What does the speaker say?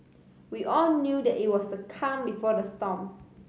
we all knew that it was the calm before the storm